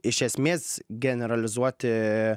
iš esmės generalizuoti